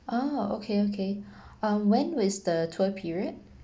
ah okay okay um when is the tour period